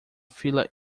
fila